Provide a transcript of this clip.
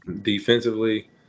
Defensively